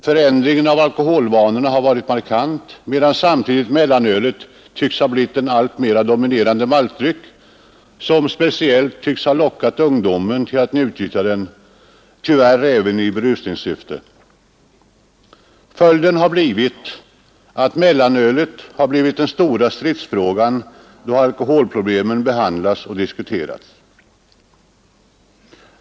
Förändringen av alkoholvanorna har varit markant medan samtidigt mellanölet har blivit en alltmera dominerande maltdryck, som speciellt tycks ha lockat ungdomen till att utnyttja den — tyvärr även i berusningssyfte. Följden har blivit att mellanölet har blivit den stora stridsfrågan då alkoholproblemen behandlas och diskuteras.